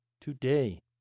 Today